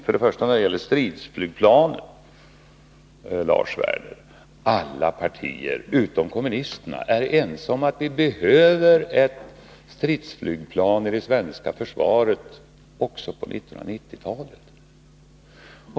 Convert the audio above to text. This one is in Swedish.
När det gäller stridsflygplanen, Lars Werner, vill jag säga att alla partier utom kommunisterna är ense om att vi behöver ett stridsflygplan i det svenska försvaret också på 1990-talet.